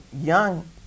young